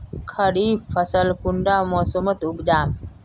खरीफ फसल कुंडा मोसमोत उपजाम?